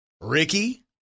Ricky